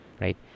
Right